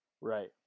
Right